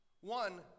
one